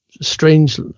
strange